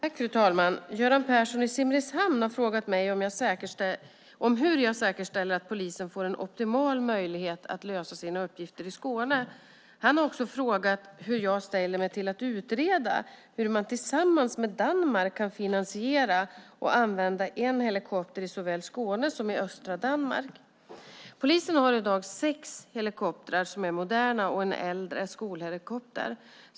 Fru talman! Göran Persson i Simrishamn har frågat mig hur jag säkerställer att polisen får en optimal möjlighet att lösa sina uppgifter i Skåne. Han har också frågat hur jag ställer mig till att utreda hur man tillsammans med Danmark kan finansiera och använda en helikopter i såväl Skåne som östra Danmark. Polisen har i dag sex moderna helikoptrar och en äldre skolhelikopter.